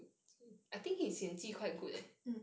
mm